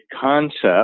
concept